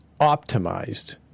optimized